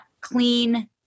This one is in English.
clean